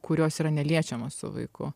kurios yra neliečiamos su vaiku